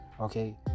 okay